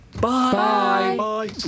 Bye